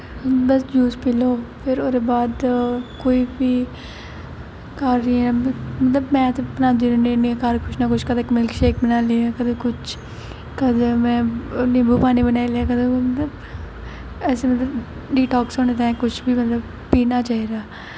juice पी लैओ फिर ओह्दे बाद कोई बी घर मतलब में ते बनांदी रौंह्दी होन्नी आं किश ना किश कदें मिलक शेक बनाई लेआ कदें किश कदें में निम्बू पानी बनाई लेआ मतलब अस मतलब रिलैक्स होने ताईं किश बी पीना चाहिदा ऐ